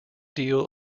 deal